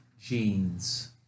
jeans